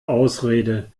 ausrede